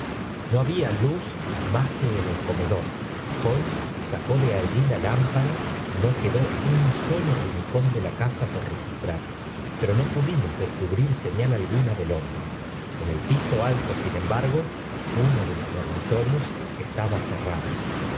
no había luz más que en el comedor h mes sacó de allí la lámpara y no quedo un solo rincón de la casa por registrar lvro no pudimos descubrir señal alguna del hombre kn el piso alto b in embargo uno do los dormitorio ataba cerrado